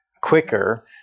quicker